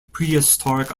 prehistoric